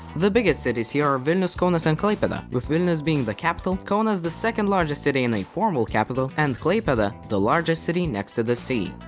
the biggest cities here are vilnius, kaunas and klaipeda, with vilnius being the capital, kaunas the second largest city and a former capital and klaipeda the largest city next to the sea.